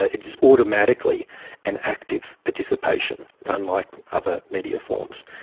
ah it is automatically an active participation, unlike other media forms.